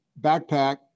backpack